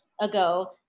ago